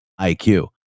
IQ